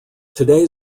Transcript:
today